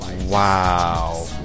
Wow